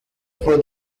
for